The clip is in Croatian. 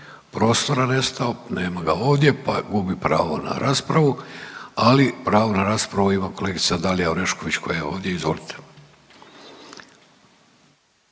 prostora nestao. Nema ga ovdje, pa gubi pravo na raspravu. Ali pravo na raspravu ima kolegica Dalija Orešković koja je ovdje. Izvolite.